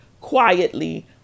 quietly